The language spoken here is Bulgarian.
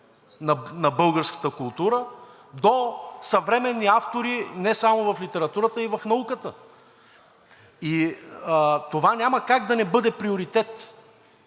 на българската култура до съвременни автори не само в литературата и в науката. Това няма как да не бъде приоритет.